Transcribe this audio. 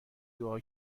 دعا